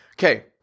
Okay